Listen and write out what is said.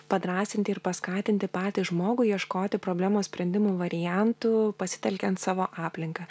padrąsinti ir paskatinti patį žmogų ieškoti problemos sprendimų variantų pasitelkiant savo aplinką